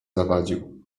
zawadził